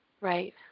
Right